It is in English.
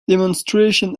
demonstrations